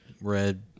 red